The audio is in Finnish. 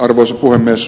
arvoisa puhemies